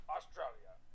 Australia